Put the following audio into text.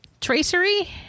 Tracery